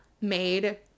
made